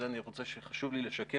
וקריאה ראשונה שעברה לדעתי